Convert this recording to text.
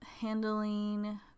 Handling